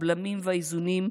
הבלמים והאיזונים,